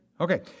Okay